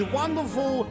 wonderful